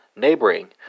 neighboring